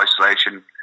isolation